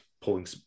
pulling